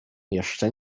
jeszcze